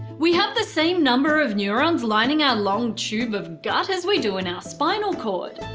we have the same number of neurons lining our long tube of gut as we do in our spinal cord.